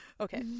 Okay